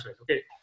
okay